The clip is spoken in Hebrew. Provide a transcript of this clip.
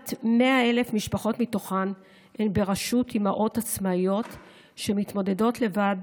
כמעט 100,000 משפחות מתוכן הן בראשות אימהות עצמאיות שמתמודדות לבד